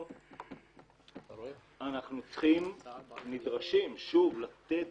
אנחנו נדרשים לתת